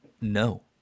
No